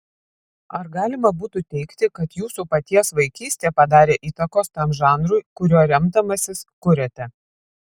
ar galima būtų teigti kad jūsų paties vaikystė padarė įtakos tam žanrui kuriuo remdamasis kuriate